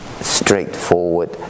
straightforward